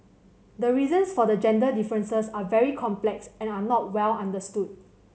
the reasons for the gender differences are very complex and are not well understood